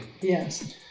Yes